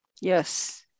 Yes